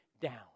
down